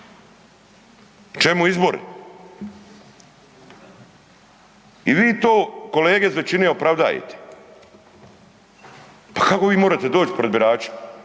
Čemu izbori? I vi to kolege iz većine opravdavate. Pa kako vi možete doć pred birače?